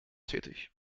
tätig